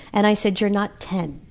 and i said, you're not ten.